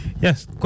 Yes